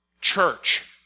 church